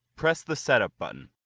press the setup button.